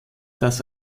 das